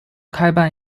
开办